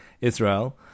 Israel